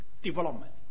Development